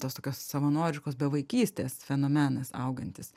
tos tokios savanoriškos bevaikystės fenomenas augantis